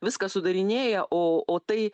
viską sudarinėja o o tai